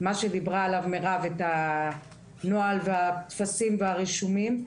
שדיברה עליו מירב, את הנוהל והטפסים והרישומים.